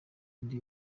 ndi